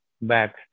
back